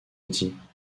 petits